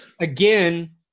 Again